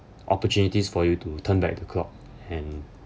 opportunities for you to turn back the clock and